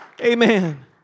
Amen